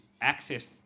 access